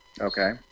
Okay